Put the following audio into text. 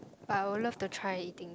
but I would love to try anything